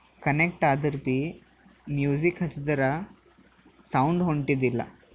connect ಆದರೆ ಭೀ music ಹಚ್ಚಿದ್ರೆ ಸೌಂಡ್ ಹೊಂಟಿದ್ದಿಲ್ಲ